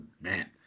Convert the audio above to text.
Man